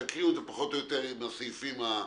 תקריאו את זה פחות או יותר עם הסעיפים הרלוונטיים,